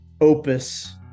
opus